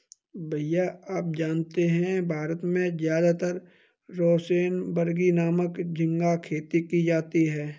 भैया आप जानते हैं भारत में ज्यादातर रोसेनबर्गी नामक झिंगा खेती की जाती है